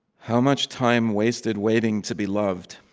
how much time wasted waiting to be loved,